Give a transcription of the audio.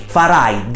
farai